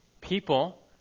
people